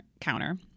counter